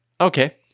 Okay